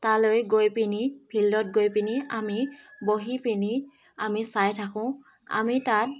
তালৈ গৈ পিনি ফিল্ডত গৈ পিনি আমি বহি পিনি আমি চাই থাকোঁ আমি তাত